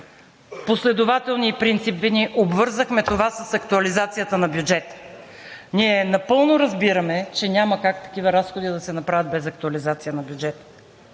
последователни и принципни, обвързахме това с актуализацията на бюджета. Ние напълно разбираме, че няма как такива разходи да се направят без актуализация на бюджета.